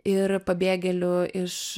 ir pabėgėlių iš